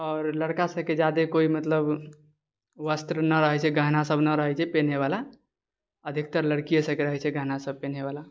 आओर लड़का सबके ज्यादे कोइ मतलब वस्त्र नहि रहै छै गहना नहि रहै छै पिन्हैवला अधिकतर लड़किए सबके रहै छै गहना सब पिन्हैवला